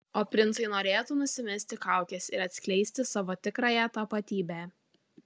o princai norėtų nusimesti kaukes ir atskleisti savo tikrąją tapatybę